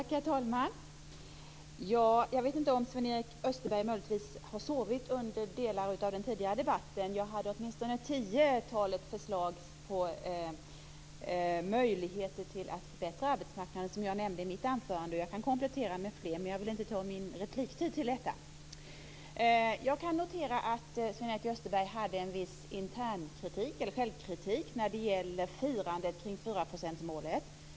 Herr talman! Jag vet inte om Sven-Erik Österberg möjligtvis har sovit under delar av den tidigare debatten. Jag hade åtminstone tiotalet förslag på möjligheter att förbättra arbetsmarknaden som jag nämnde i mitt anförande, och jag kan komplettera med fler. Men jag vill inte ta min repliktid till detta. Jag noterar att Sven-Erik Österberg hade en viss internkritik eller självkritik när det gäller firandet kring 4-procentsmålet.